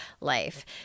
life